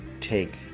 take